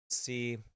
See